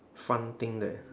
fun thing that